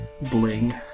bling